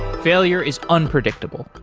failure is unpredictable.